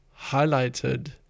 highlighted